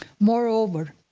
moreover,